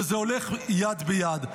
וזה הולך יד ביד.